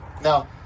Now